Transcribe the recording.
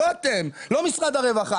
לא אתם, לא משרד הרווחה.